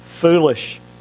foolish